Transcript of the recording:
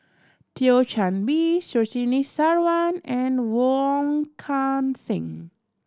Thio Chan Bee Surtini Sarwan and Wong Kan Seng